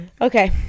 Okay